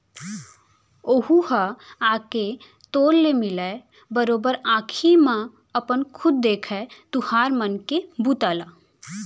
ओहूँ ह आके तोर ले मिलय, बरोबर आंखी म अपन खुद देखय तुँहर मन के बूता ल